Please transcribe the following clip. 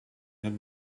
het